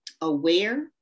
aware